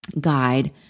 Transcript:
guide